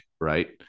Right